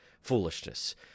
foolishness